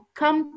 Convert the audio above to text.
come